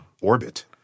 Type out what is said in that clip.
orbit